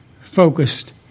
focused